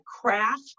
craft